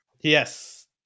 Yes